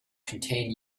contain